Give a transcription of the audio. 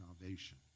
salvation